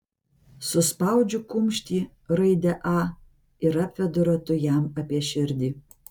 suspaudžiu kumštį raidę a ir apvedu ratu jam apie širdį